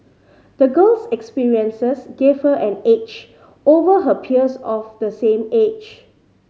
the girl's experiences gave her an edge over her peers of the same age